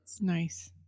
Nice